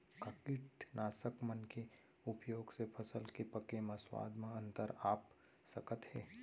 का कीटनाशक मन के उपयोग से फसल के पके म स्वाद म अंतर आप सकत हे?